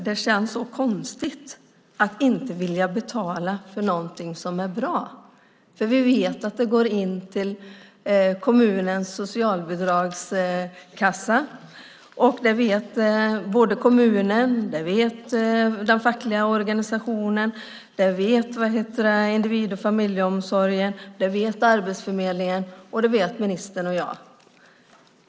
Det känns så konstigt att inte vilja betala för något som är bra, för vi vet att det går in till kommunens socialbidragskassa. Det vet kommunen, det vet den fackliga organisationen, det vet individ och familjeomsorgen, det vet Arbetsförmedlingen och det vet ministern och jag.